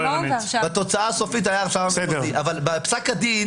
בתוצאה הסופית היה אפשר --- אבל בפסק הדין,